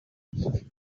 luckily